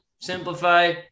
Simplify